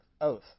oath